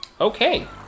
Okay